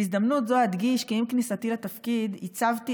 בהזדמנות זו אדגיש כי עם כניסתי לתפקיד הצבתי